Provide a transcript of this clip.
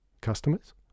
Customers